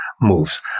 moves